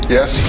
Yes